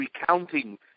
recounting